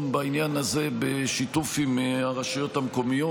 בעניין הזה בשיתוף עם הרשויות המקומיות.